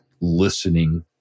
listening